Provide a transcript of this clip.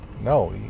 no